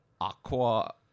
aqua